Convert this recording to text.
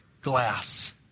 glass